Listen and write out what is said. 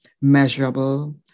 measurable